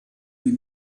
with